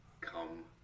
come